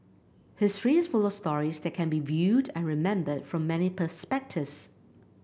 history is full of stories that can be viewed and remembered from many perspective